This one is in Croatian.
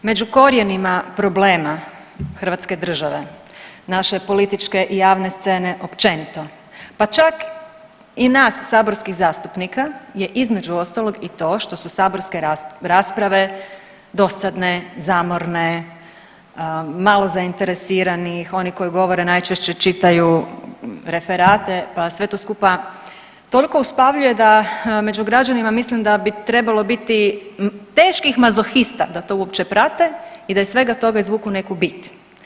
Među korijenima problema Hrvatske države naše političke javne scene općenito, pa čak i nas saborskih zastupnika je između ostalog i to što su saborske rasprave dosadne, zamorne, malo zainteresiranih, oni koji govore najčešće čitaju referate pa sve to skupa toliko uspavljuje da među građanima mislim da bi trebalo biti teških mazohista da to uopće prate i da iz svega toga izvuku neku bit.